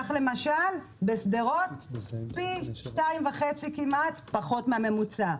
כך למשל בשדרות פי 2.5 כמעט פחות מהממוצע.